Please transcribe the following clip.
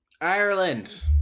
Ireland